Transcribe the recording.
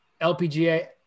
LPGA